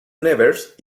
nevers